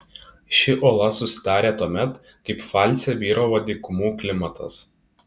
ši uola susidarė tuomet kai pfalce vyravo dykumų klimatas